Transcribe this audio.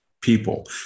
people